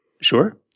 Sure